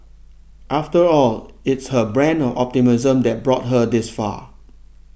after all it's her brand of optimism that brought her this far